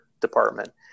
department